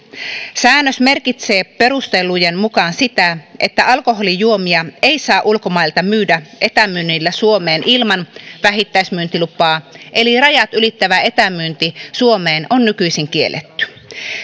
säännös merkitsee perustelujen mukaan sitä että alkoholijuomia ei saa ulkomailta myydä etämyynnillä suomeen ilman vähittäismyyntilupaa eli rajat ylittävä etämyynti suomeen on nykyisin kielletty